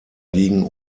liegen